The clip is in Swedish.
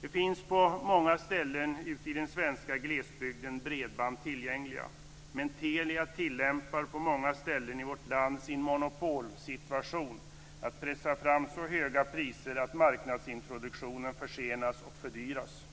Det finns på många ställen ute i den svenska glesbygden bredband tillgängliga, men Telia tillämpar på många ställen i vårt land sin monopolsituation till att pressa fram så höga priser att marknadsintroduktionen försenas och fördyras.